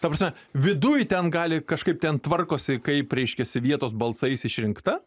ta prasme viduj ten gali kažkaip ten tvarkosi kaip reiškiasi vietos balsais išrinkta